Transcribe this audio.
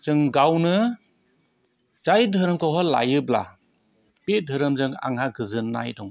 जों गावनो जाय धोरोमखौ लायोब्ला बे धोरोमजों आंहा गोजोननाय दं